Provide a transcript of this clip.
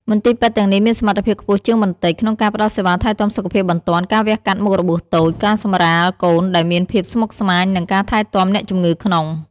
មន្ទីរពេទ្យទាំងនេះមានសមត្ថភាពខ្ពស់ជាងបន្តិច ក្នុងការផ្តល់សេវាថែទាំសុខភាពបន្ទាន់ ការវះកាត់មុខរបួសតូច ការសម្រាលកូនដែលមានភាពស្មុគស្មាញ និងការថែទាំអ្នកជំងឺក្នុង។